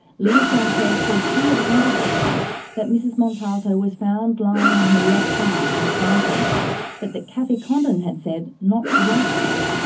lea sanchez said she had wanted to write that mrs montalto was found lying on her left side in the fountain but that cathy condon had said not to write that.